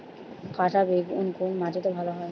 কাঁটা বেগুন কোন মাটিতে ভালো হয়?